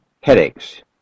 Headaches